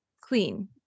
clean